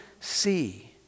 see